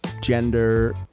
gender